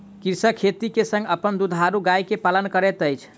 कृषक खेती के संग अपन दुधारू गाय के पालन करैत अछि